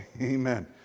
Amen